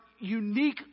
Unique